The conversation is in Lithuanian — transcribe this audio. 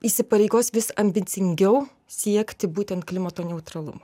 įsipareigos vis ambicingiau siekti būtent klimato neutralumo